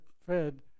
fed